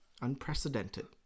unprecedented